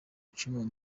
icumu